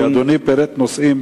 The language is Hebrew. אדוני פירט נושאים